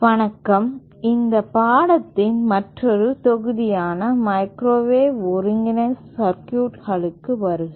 வணக்கம் இந்த பாடத்தின் மற்றொரு தொகுதியான மைக்ரோவேவ் ஒருங்கிணைந்த சர்க்யூட்களுக்கு வருக